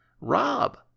Rob